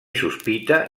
sospita